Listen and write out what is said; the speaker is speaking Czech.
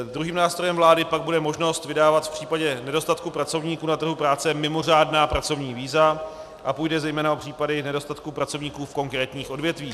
Druhým nástrojem vlády pak bude možnost vydávat v případě nedostatku pracovníků na trhu práce mimořádná pracovní víza a půjde zejména o případy nedostatku pracovníků v konkrétních odvětvích.